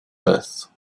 earth